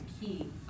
key